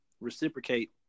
reciprocate